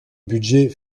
budget